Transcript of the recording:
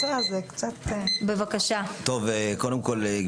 זה באמת מאסט כדי להבטיח את שלומם וביטחונם של התלמידים.